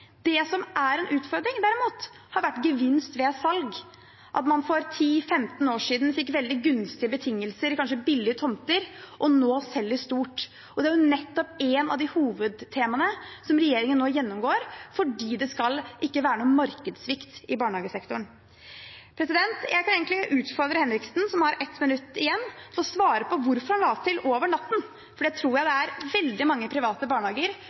som har vært en utfordring, derimot, har vært gevinst ved salg, at man for 10–15 år siden fikk veldig gunstige betingelser, kanskje billige tomter, og nå selger dyrt. Det er et av hovedtemaene som regjeringen nå gjennomgår, fordi det ikke skal være noen markedssvikt i barnehagesektoren. Jeg vil utfordre representanten Henriksen, som har 1 minutts taletid igjen, til å svare på hvorfor han la til «over natten», for jeg tror det er veldig mange private